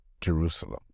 Jerusalem